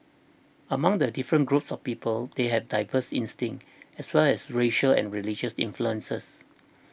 among the different groups of people they have diverse instincts as long as racial and religious influences